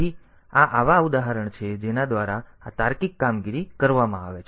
તેથી આ એવા ઉદાહરણો છે જેના દ્વારા આ તાર્કિક કામગીરી કરવામાં આવે છે